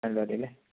മാനന്തവാടി അല്ലേ